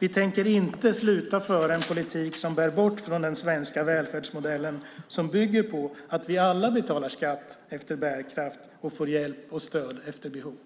Vi tänker inte sluta att föra en politik som bär bort från den svenska välfärdsmodellen, som bygger på att vi alla betalar skatt efter bärkraft och får hjälp och stöd efter behov.